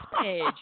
page